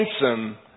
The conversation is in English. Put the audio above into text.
handsome